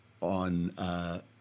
on